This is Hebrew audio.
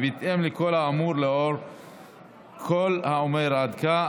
ובהתאם לכל האמור עד כה,